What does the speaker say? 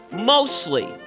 mostly